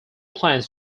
plans